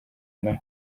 nawe